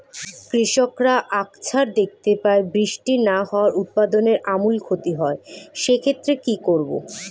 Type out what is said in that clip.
কৃষকরা আকছার দেখতে পায় বৃষ্টি না হওয়ায় উৎপাদনের আমূল ক্ষতি হয়, সে ক্ষেত্রে কি করব?